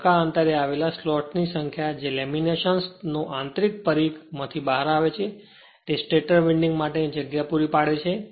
સરખા અંતરે આવેલા સ્લોટ્સ ની સંખ્યા કે જે લેમિનેશન નો આંતરિક પરિઘ માથી બહાર આવે છે તે સ્ટેટર વિન્ડિંગ માટેની જગ્યા પૂરી પાડે છે